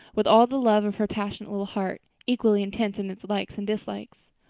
with all the love of her passionate little heart, equally intense in its likes and dislikes.